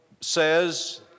says